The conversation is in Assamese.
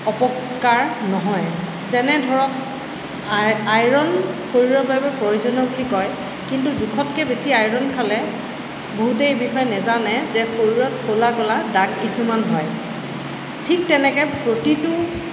অপকাৰ নহয় যেনে ধৰক আই আইৰণ শৰীৰৰ বাবে প্ৰয়োজনীয় বুলি কয় কিন্তু জোখতকৈ বেছি আইৰন খালে বহুতেই এই বিষয়ে নাজানে যে শৰীৰত ক'লা ক'লা দাগ কিছুমান হয় ঠিক তেনেকৈ প্ৰতিটো